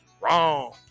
wrong